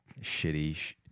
shitty